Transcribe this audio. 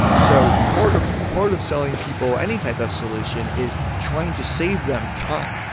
so part of part of selling people any type of solution is trying to save them time.